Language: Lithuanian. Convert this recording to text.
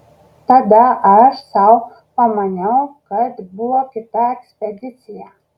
tada aš sau pamaniau kad buvo kita ekspedicija